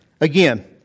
Again